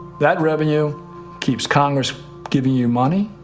that revenue keeps congress giving you money.